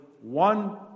one